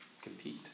compete